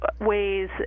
ways